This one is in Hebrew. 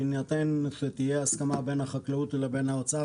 שבהינתן שתהיה הסכמה בין החקלאות לבין האוצר,